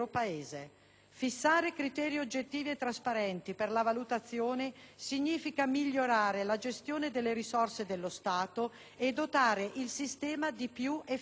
Fissare criteri oggettivi e trasparenti per la valutazione significa migliorare la gestione delle risorse dello Stato e dotare il sistema di più efficienza.